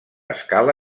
escala